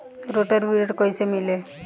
Rotor weeder कईसे मिले?